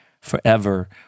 forever